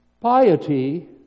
piety